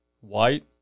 white